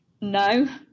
no